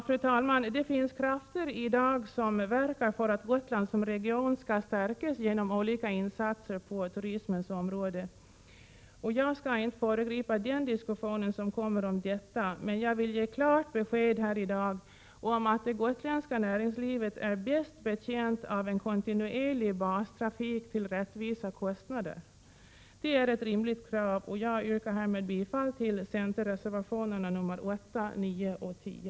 Fru talman! Det finns krafter som i dag verkar för att Gotland som region skall stärkas genom olika insatser på turismens område. Jag skall inte föregripa den diskussion som kommer om detta, men jag vill ge klart besked här i dag om att det gotländska näringslivet är bäst betjänt av en kontinuerlig bastrafik till rättvisa kostnader. Det är ett rimligt krav, och jag yrkar härmed bifall till centerreservationerna 8, 9 och 10.